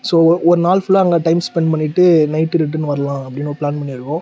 so ஒ ஒரு நாள் ஃபுல்லாக அங்கே டைம் ஸ்பெண்ட் பண்ணிவிட்டு நைட்டு ரிட்டன் வரலாம் அப்படின்னு ஒரு ப்ளான் பண்ணியிருக்கோம்